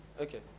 Okay